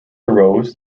arose